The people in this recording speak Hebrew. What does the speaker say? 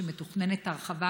שמתוכננת הרחבה.